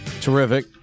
terrific